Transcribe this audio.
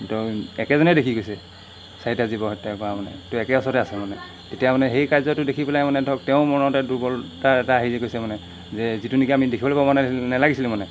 ধৰক একেজনেই দেখি গৈছে চাৰিটা জীৱ হত্যা কৰা মানে তো একে ওচৰতে আছে মানে তেতিয়া মানে সেই কাৰ্যটো দেখি পেলাই মানে ধৰক তেওঁও মনতে দুৰ্বলতা এটা আহি যি গৈছে মানে যে যিটো নেকি আমি দেখিবলৈ পাব নালাগিছিলে মানে